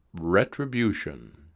retribution